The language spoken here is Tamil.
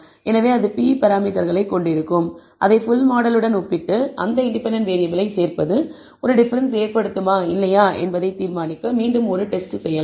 எனவே அது p பராமீட்டர்களை கொண்டிருக்கும் அதை ஃபுல் மாடலுடன் ஒப்பிட்டு அந்த இண்டிபெண்டன்ட் வேறியபிளை சேர்ப்பது ஒரு டிஃபரன்ஸ் ஏற்படுத்துமா இல்லையா என்பதை தீர்மானிக்க மீண்டும் ஒரு டெஸ்ட் செய்யலாம்